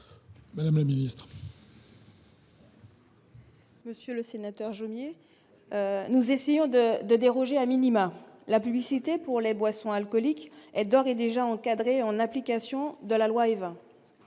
Même ministre. Monsieur le sénateur Jomier, nous essayons de de déroger à minima la publicité pour les boissons alcooliques est d'ores et déjà encadré en application de la loi